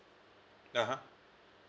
(uh huh)